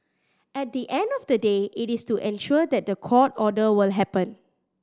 at the end of the day it is to ensure that the court order will happen